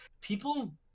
People